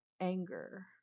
anger